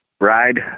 ride